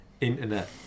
internet